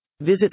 Visit